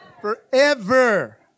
forever